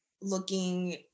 looking